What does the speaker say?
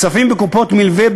כספים בקופות מלווה,